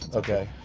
ok.